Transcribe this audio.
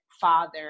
father